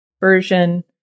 version